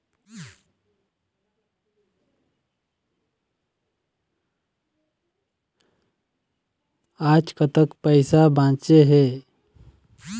आज कतक पैसा बांचे हे?